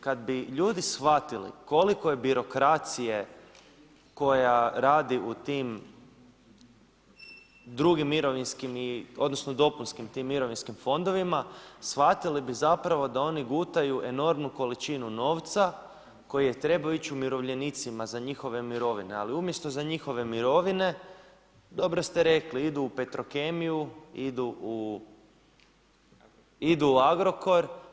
Kad bi ljudi shvatili koliko je birokracije koja radi u tim drugim mirovinskim, odnosno dopunskim tim mirovinskim fondovima, shvatili bi zapravo da oni gutaju enormnu količinu novca koji je trebao ići umirovljenicima za njihove mirovine, ali umjesto za njihove mirovine, dobro ste rekli idu u Petrokemiju, idu u Agrokor.